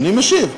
אני משיב.